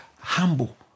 humble